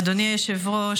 אדוני היושב-ראש,